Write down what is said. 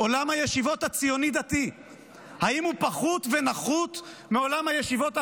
הציוני-דתי פחות ונחות מעולם הישיבות החרדי,